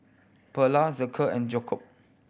Pearla Zeke and Jakob